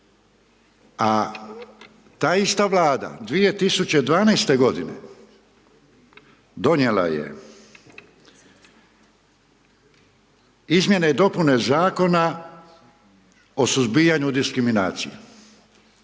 a ta ista Vlada 2012. godine donijela je izmjene i dopune Zakona o suzbijanju diskriminacije.